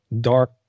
dark